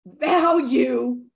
Value